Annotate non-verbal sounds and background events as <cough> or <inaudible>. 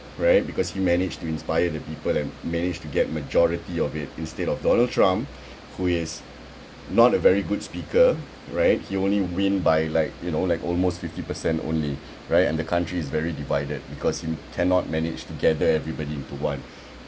right because he managed to inspire the people and managed to get majority of it instead of donald trump who is not a very good speaker right he only win by like you know like almost fifty per cent only <breath> right and the country is very divided because he cannot manage to gather everybody into one